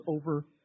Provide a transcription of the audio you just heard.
over